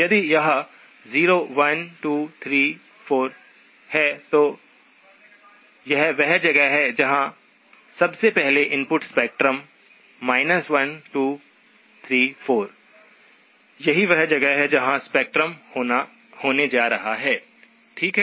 यदि यह 0 1 2 3 4 है तो यह वह जगह है जहां सबसे पहले इनपुट स्पेक्ट्रम 1 2 3 4 यही वह जगह है जहां स्पेक्ट्रम होने जा रहा है ठीक है